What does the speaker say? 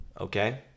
Okay